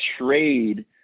trade